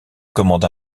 commande